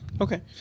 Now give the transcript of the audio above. Okay